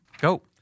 Go